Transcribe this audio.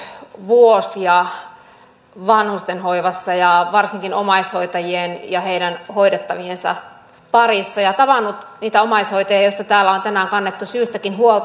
olen työskennellyt vuosia vanhustenhoivassa ja varsinkin omaishoitajien ja heidän hoidettaviensa parissa ja tavannut niitä omaishoitajia joista täällä on kannettu syystäkin huolta